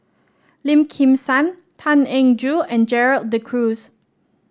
Lim Kim San Tan Eng Joo and Gerald De Cruz